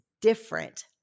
different